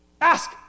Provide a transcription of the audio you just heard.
Ask